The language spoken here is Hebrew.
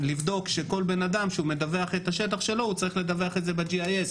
לבדוק שכל בן אדם כשהוא מדווח על השטח שלו הוא צריך לדווח את זה ב-GIS,